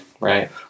Right